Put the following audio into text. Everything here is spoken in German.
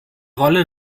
rolle